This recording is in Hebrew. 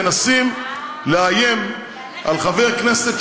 מנסים לאיים על חבר כנסת,